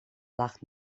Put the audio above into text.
lag